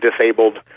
disabled